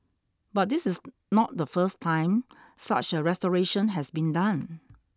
but this is not the first time such a restoration has been done